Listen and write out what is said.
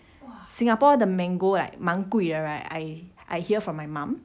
singapore 的 mango like 蛮贵的 right I I hear from my mom